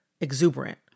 exuberant